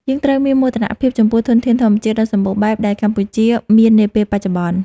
យើងត្រូវមានមោទនភាពចំពោះធនធានធម្មជាតិដ៏សម្បូរបែបដែលកម្ពុជាមាននាពេលបច្ចុប្បន្ន។